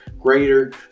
greater